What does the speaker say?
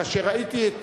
כאשר ראיתי את